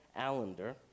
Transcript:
Allender